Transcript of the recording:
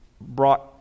brought